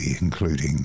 including